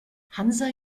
hansa